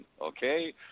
Okay